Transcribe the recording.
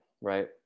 right